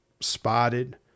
spotted